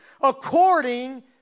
according